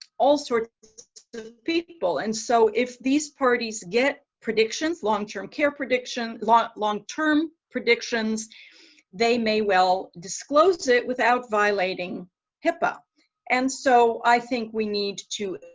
all sorts people. and so if these parties get predictions long-term care prediction long-term predictions they may well disclose it without violating hipaa and so i think we need to